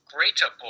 Greater